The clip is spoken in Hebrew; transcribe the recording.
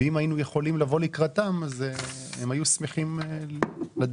ואם היינו יכולים לבוא לקראתם הם היו שמחים לדעת.